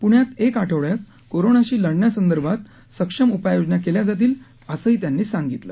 पुण्यात एक आठवड्यात कोरोनाशी लढण्यासंदर्भात संशम उपाययोजना केल्या जातील असंही त्यांनी सांगितलं